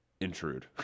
intrude